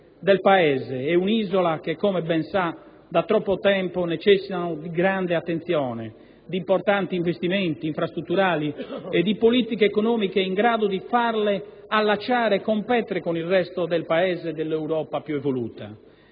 del Paese e un'isola che, come ben sa, da troppo tempo necessitano di grande attenzione, di importanti investimenti infrastrutturali e di politiche economiche in grado di farli unire e competere con il resto del Paese e dell'Europa più evoluta.